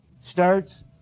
starts